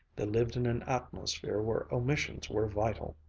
they lived in an atmosphere where omissions were vital.